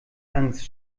angst